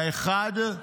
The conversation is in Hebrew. האחד: